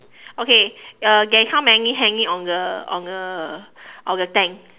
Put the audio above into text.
okay uh there's how many hanging on the on the on the tank